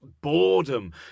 boredom